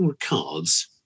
cards